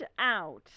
out